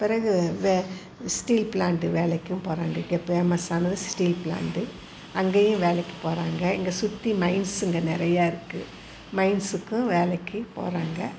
பிறகு வே steel plant வேலைக்கும் போகிறாங்க இங்கே பேமஸ்ஸானது ஸ்டீல் ப்ளான்ட்டு அங்கேயும் வேலைக்கு போகிறாங்க இங்கே சுற்றி மைன்ஸுங்க நிறையா இருக்குது மைன்ஸுக்கும் வேலைக்கு போகிறாங்க